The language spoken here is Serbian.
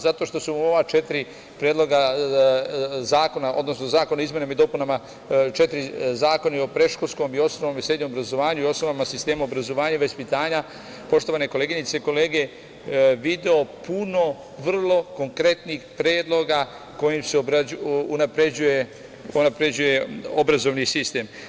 Zato što sam u ova četiri predloga zakona, odnosno zakona o izmenama i dopunama četiri zakona i o predškolskom i osnovnom i srednjem obrazovanju i osnovama sistema obrazovanja i vaspitanja, poštovane koleginice i kolege, video puno vrlo konkretnih predloga kojima se unapređuje obrazovni sistem.